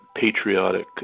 patriotic